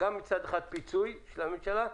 אם מבחינת הפיצוי של הממשלה,